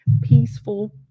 peaceful